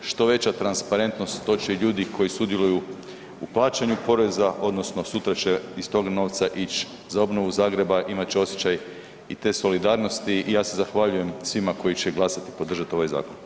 Što veća transparentnost to će i ljudi koji sudjeluju u plaćanju poreza odnosno sutra će iz tog novca ići za obnovu Zagreba imat će osjećaj i te solidarnosti i ja se zahvaljujem svima koji će glasati i podržati ovaj zakon.